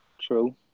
True